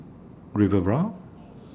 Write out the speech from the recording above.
Riviera